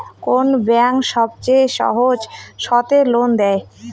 কোন ব্যাংক সবচেয়ে সহজ শর্তে লোন দেয়?